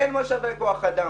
אין כוח אדם.